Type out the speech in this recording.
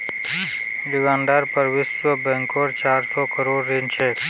युगांडार पर विश्व बैंकेर चार सौ करोड़ ऋण छेक